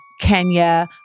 Kenya